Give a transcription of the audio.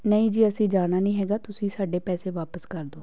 ਨਹੀਂ ਜੀ ਅਸੀਂ ਜਾਣਾ ਨਹੀਂ ਹੈਗਾ ਤੁਸੀਂ ਸਾਡੇ ਪੈਸੇ ਵਾਪਸ ਕਰ ਦਿਉ